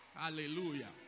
Hallelujah